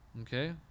Okay